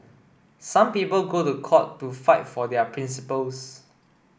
some people go to court to fight for their principles